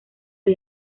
los